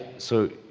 so